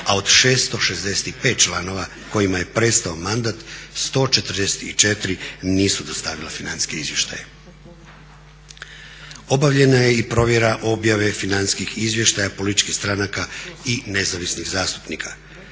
a od 665 članova kojima je prestao mandat 144 nisu dostavila financijske izvještaje. Obavljena je i provjera objave financijskih izvještaja, političkih stranaka i nezavisnih zastupnika.